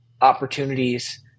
opportunities